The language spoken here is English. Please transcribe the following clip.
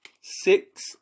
six